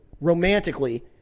romantically